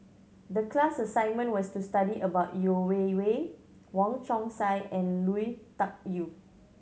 the class assignment was to study about Yeo Wei Wei Wong Chong Sai and Lui Tuck Yew